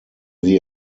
wir